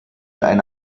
eine